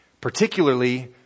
particularly